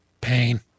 Pain